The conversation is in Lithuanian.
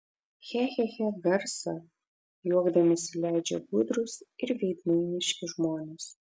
che che che garsą juokdamiesi leidžia gudrūs ir veidmainiški žmonės